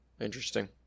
Interesting